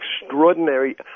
extraordinary